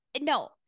no